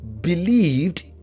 believed